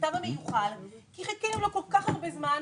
המכתב המיוחל שחיכינו לו כל כך הרבה זמן.